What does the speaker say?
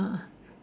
ah